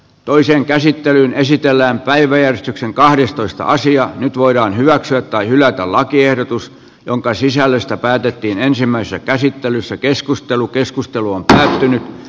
toisen käsittelyn esitellään päiväjärjestyksen kahdestoista asiaa nyt voidaan hyväksyä tai hylätä lakiehdotus jonka sisällöstä päätettiin ensimmäisessä käsittelyssä keskustelu keskustelu on kääntynyt